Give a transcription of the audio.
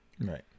Right